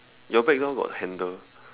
your background got handle